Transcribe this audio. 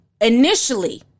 initially